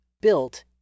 built